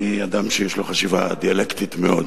אני אדם שיש לו חשיבה דיאלקטית מאוד.